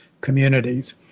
communities